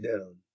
down